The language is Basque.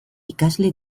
ikasle